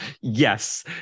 yes